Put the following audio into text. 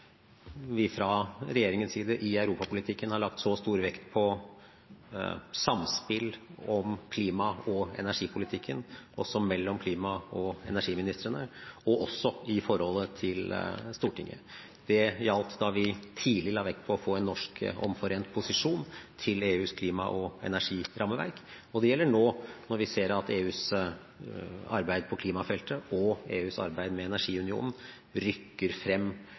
vi fra regjeringens side i europapolitikken har lagt så stor vekt på samspill om klima- og energipolitikken, også mellom klima- og energiministrene, og også i forholdet til Stortinget. Det gjaldt da vi tidlig la vekt på å få en norsk omforent posisjon til EUs klima- og energirammeverk, og det gjelder nå, når vi ser at EUs arbeid på klimafeltet og EUs arbeid med energiunionen rykker frem